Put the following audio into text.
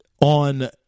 on